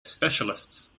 specialists